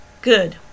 Good